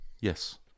Yes